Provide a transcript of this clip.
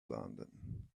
london